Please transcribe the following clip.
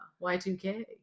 Y2K